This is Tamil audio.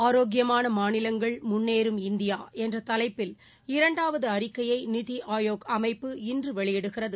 ஆரோக்கியமானமாநிலங்கள் முன்னேறும் இந்தியாஎன்றதலைப்பில் இரண்டாவதுஅறிக்கையைநித்திஆயோக் அமைப்பு இன்றுவெளியிடுகிறது